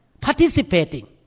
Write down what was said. Participating